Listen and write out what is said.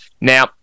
Now